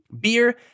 Beer